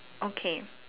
okay